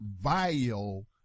vile